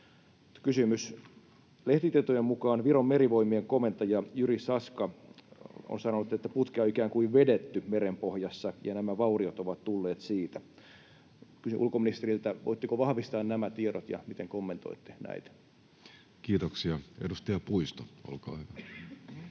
Kysymys: Lehtitietojen mukaan Viron merivoimien komentaja Jüri Saska on sanonut, että putkea on ikään kuin vedetty merenpohjassa ja nämä vauriot ovat tulleet siitä. Kysyn ulkoministeriltä: voitteko vahvistaa nämä tiedot ja miten kommentoitte näitä? Kiitoksia. — Edustaja Puisto, olkaa hyvä.